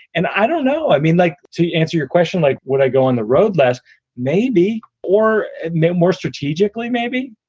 and i don't know i mean, like to answer your question, like, would i go on the road less maybe or make more strategically maybe?